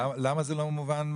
למה זה לא מובן,